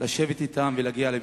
לשבת אתם ולהגיע לפתרון.